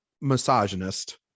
misogynist